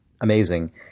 amazing